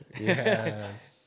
Yes